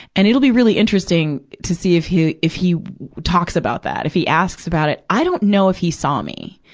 and it'll be really interesting to see if he, if he talks about that, if he asks about it. i don't know if he saw me.